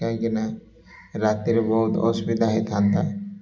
କାହିଁକି ନା ରାତିରେ ବହୁତ ଅସୁବିଧା ହେଇଥାନ୍ତା